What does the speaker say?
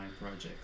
projects